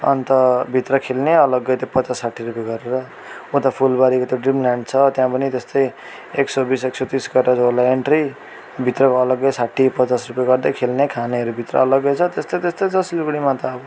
अन्त भित्र खेल्ने अलग्गै त्यो पचास साट्ठी रुपियाँ गरेर उता फुलबारीको ड्रिम ल्यान्ड छ त्यहाँ पनि त्यस्तै एक सय बिस एक सय तिस कता छ होला एन्ट्री भित्रको अलग्गै साट्ठी पचास रूपियाँ गर्दै खेल्ने खानेहरू भित्र अलग्गै छ त्यस्तै त्यस्तै छ सिलगडीमा त अब